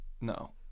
No